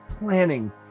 planning